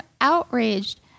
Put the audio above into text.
outraged